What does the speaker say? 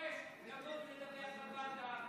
דורש לבוא ולדווח לוועדה,